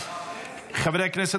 חברי הכנסת,